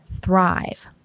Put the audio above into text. thrive